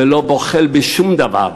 ולא בוחל בשום דבר,